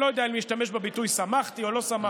אני לא יודע אם להשתמש בביטוי "שמחתי" או "לא שמחתי"